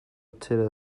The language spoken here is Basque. atzera